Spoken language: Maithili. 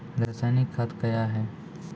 रसायनिक खाद कया हैं?